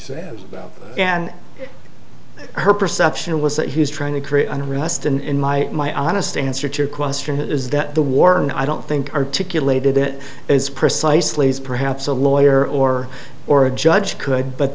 up and her perception was that he was trying to create unrest in my honest answer to your question is that the war and i don't think articulated it as precisely as perhaps a lawyer or or a judge could but